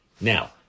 Now